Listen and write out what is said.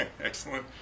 Excellent